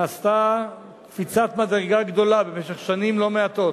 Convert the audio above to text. נעשתה קפיצת מדרגה גדולה במשך שנים לא מעטות,